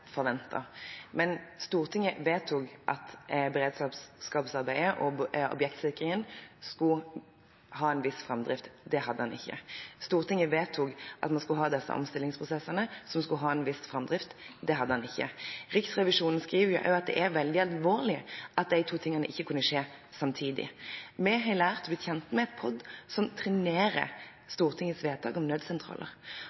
Men Stortinget vedtok at beredskapsarbeidet og objektsikringen skulle ha en viss framdrift. Det hadde det ikke. Stortinget vedtok at man skulle ha disse omstillingsprosessene, som skulle ha en viss framdrift. Det hadde de ikke. Riksrevisjonen skriver at det er veldig alvorlig at de to tingene ikke kunne skje samtidig. Vi har blitt kjent med et POD som trenerer